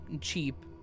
cheap